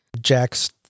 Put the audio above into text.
jack's